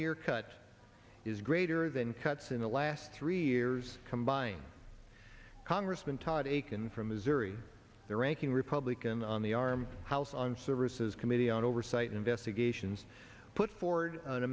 year cut is greater than cuts in the last three years combined congressman todd akin from missouri the ranking republican on the arm house on services committee on oversight investigations put forward an